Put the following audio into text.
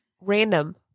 random